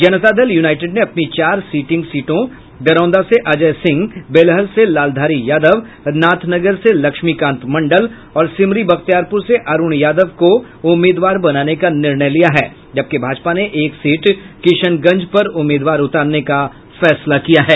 जनता Dal United ने अपनी चार सिटिंग सीटों दरौंदा से अजय सिंह बेलहर से लालधारी यादव नाथनगर से लक्ष्मीकांत मंडल और सिमरी बख्तियारपूर से अरूण यादव को उम्मीदवार बनाने का निर्णय लिया है जबकि भाजपा ने एक सीट किशनगंज पर उम्मीदवार उतारने का फैसला किया है